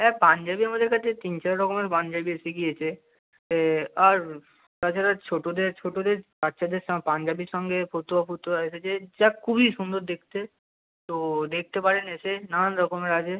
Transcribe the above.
হ্যাঁ পাঞ্জাবি আমাদের কাছে তিন চার রকমের পাঞ্জাবি এসে গিয়েছে আর তাছাড়া ছোটোদের ছোটোদের বাচ্চাদের সা পাঞ্জাবির সঙ্গে ফতুয়া ফতুয়া এসেছে যা খুবই সুন্দর দেখতে তো দেখতে পারেন এসে নানান রকমের আছে